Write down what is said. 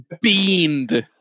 beamed